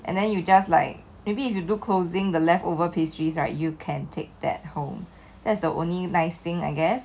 and then you just like maybe if you do closing the leftover pastries right you can take that home that's the only nice thing I guess